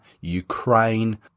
Ukraine